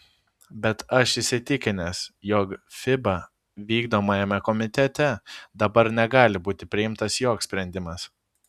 bet aš įsitikinęs jog fiba vykdomajame komitete dabar negali būti priimtas joks sprendimas